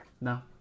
No